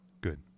Good